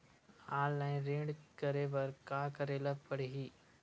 Online ऋण करे बर का करे ल पड़हि?